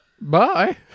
Bye